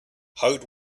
hard